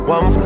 One